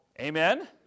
Amen